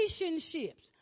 relationships